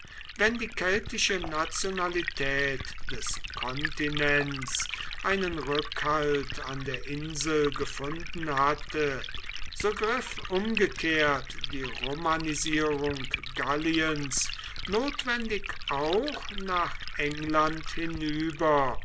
wenn die keltische nationalität des kontinents einen rückhalt an der insel gefunden hatte so griff umgekehrt die romanisierung galliens notwendig auch nach england hinüber